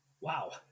Wow